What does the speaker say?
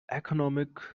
economic